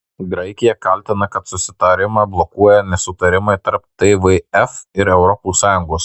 graikija kaltina kad susitarimą blokuoja nesutarimai tarp tvf ir europos sąjungos